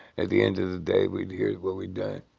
at the end of the day, we'd hear what we done.